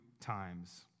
times